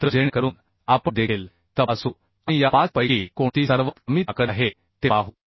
तर जेणेकरून आपण देखील तपासू आणि या 5 पैकी कोणती सर्वात कमी ताकद आहे ते पाहू